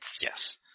Yes